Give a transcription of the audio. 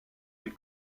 les